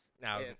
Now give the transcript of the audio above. now